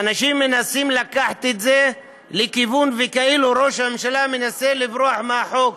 ואנשים מנסים לקחת את זה לכיוון כאילו ראש הממשלה מנסה לברוח מהחוק.